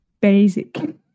basic